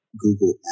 Google